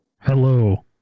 Hello